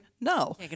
no